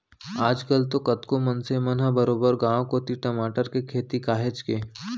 आज कल तो कतको मनसे मन ह बरोबर गांव कोती टमाटर के खेती काहेच के